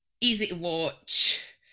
easy-to-watch